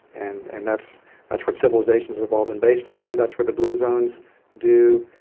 and and that's that's what civilizations have all been based on, that's what the blue zones do.